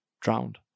drowned